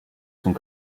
sont